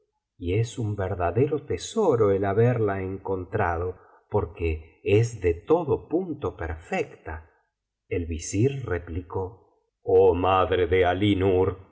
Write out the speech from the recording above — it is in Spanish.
y es un verdadero tesoro el haberla encontrado porque es de todo punto perfecta el visir replicó oh madre de